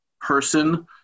person